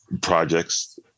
projects